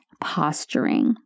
posturing